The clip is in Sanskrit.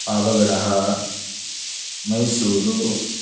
पावगडः मैसूरु